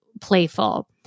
playful